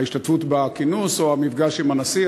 ההשתתפות בכינוס או המפגש עם הנשיא,